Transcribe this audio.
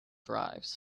drives